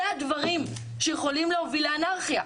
זה הדברים שיכולים להוביל לאנרכיה.